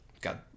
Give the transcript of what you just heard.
God